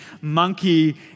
monkey